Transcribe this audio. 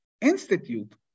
institute